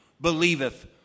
believeth